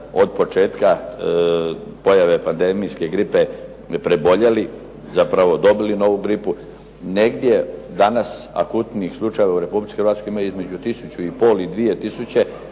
od početka pojave pandemijske gripe preboljeli, zapravo dobili novu gripu, negdje danas akutnih slučajeva u Republici Hrvatskoj ima između tisuću i pol i 2 tisuće,